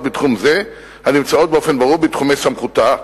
בתחום זה הנמצאות באופן ברור בתחומי סמכותה.